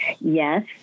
yes